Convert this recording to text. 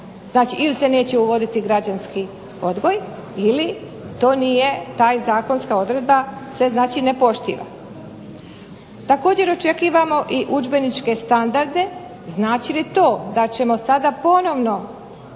Znači ili se neće uvoditi građanski odgoj ili ta zakonska odredba se ne poštiva. Također očekivano i udžbeničke standarde, znači li to da ćemo ponovno